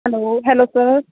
hello hello sir